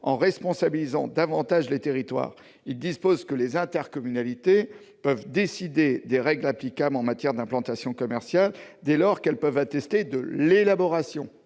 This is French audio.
en responsabilisant davantage les territoires : il s'agit de permettre aux intercommunalités de décider des règles applicables en matière d'implantation commerciale, dès lors qu'elles peuvent attester de l'élaboration